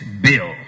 bill